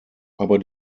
aber